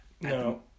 No